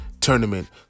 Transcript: tournament